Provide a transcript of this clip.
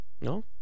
No